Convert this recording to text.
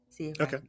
Okay